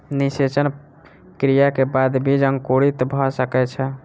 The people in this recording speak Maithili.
निषेचन क्रिया के बाद बीज अंकुरित भ सकै छै